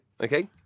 okay